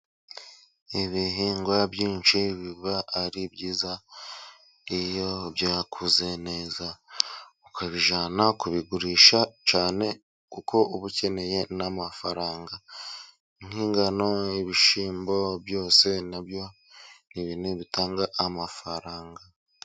Ibihingwa byinshi biba ari byiza, iyo byakuze neza ukabijyana kubigurisha cyane kuko uba ukeneye n'amafaranga, nk'ingano, ibishyimbo byose na byo ni ibintu bitanga amafaranga.